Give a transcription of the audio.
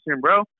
bro